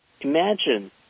Imagine